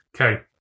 Okay